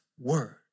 word